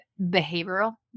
behavioral